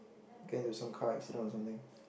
get into some car accident or something